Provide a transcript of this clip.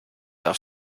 auf